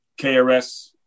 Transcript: KRS